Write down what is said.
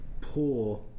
poor